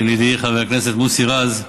של ידידי חבר הכנסת מוסי רז.